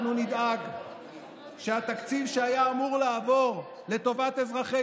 אנחנו נדאג שהתקציב שהיה אמור לעבור לטובת אזרחי